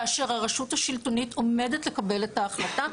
כאשר הרשות השלטונית עומדת לקבל את ההחלטה,